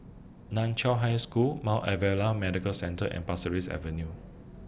NAN Chiau High School Mount Alvernia Medical Centre and Pasir Ris Avenue